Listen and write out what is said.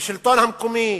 בשלטון המקומי,